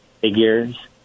figures